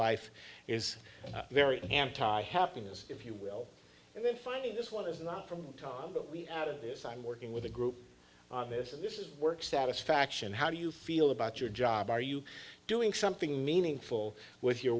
life is very anti happiness if you will and then finding this one is not from god but we out of this i'm working with a group on this and this is work satisfaction how do you feel about your job are you doing something meaningful with your